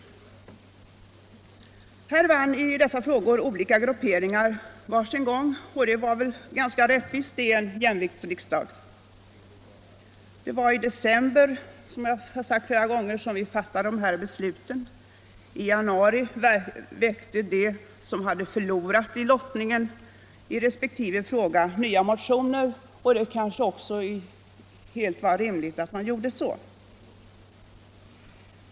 Här vann olika grupperingar var sin gång, och det var väl ganska rättvist i en jämviktsriksdag. Det var alltså i december vi fattade de här besluten. I januari väckte de som hade förlorat i lottningen i resp. frågor nya motioner, och det kanske också var helt rimligt att göra så.